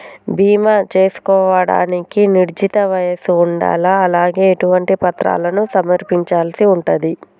బీమా చేసుకోవడానికి నిర్ణీత వయస్సు ఉండాలా? అలాగే ఎటువంటి పత్రాలను సమర్పించాల్సి ఉంటది?